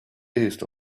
east